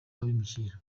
abimukira